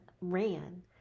ran